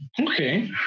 Okay